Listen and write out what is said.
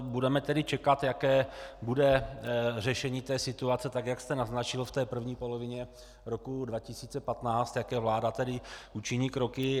Budeme tedy čekat, jaké bude řešení situace, jak jste naznačil, v první polovině roku 2015, jaké vláda tedy učiní kroky.